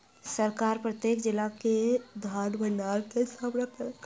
सरकार प्रत्येक जिला में धानक भण्डार के स्थापना केलक